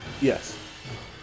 Yes